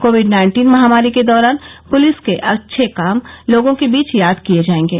Covid nineteen महामारी के दौरान पुलिस के अच्छे काम लोगों के बीच याद किए जायेंगे